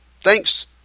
Thanks